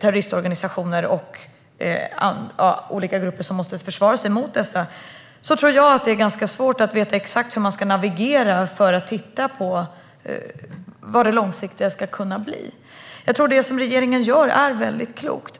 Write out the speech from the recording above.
terroristorganisationer och olika grupper som måste försvara sig mot dessa. Därför tror jag att det är ganska svårt att veta exakt hur man ska navigera för att se vad det långsiktiga ska kunna bli. Det som regeringen gör är klokt.